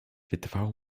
wydawało